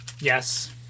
Yes